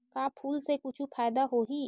का फूल से कुछु फ़ायदा होही?